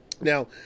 Now